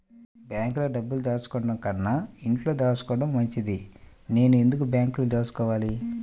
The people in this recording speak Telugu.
బ్యాంక్లో డబ్బులు దాచుకోవటంకన్నా ఇంట్లో దాచుకోవటం మంచిది నేను ఎందుకు బ్యాంక్లో దాచుకోవాలి?